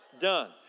Done